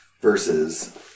versus